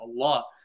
Allah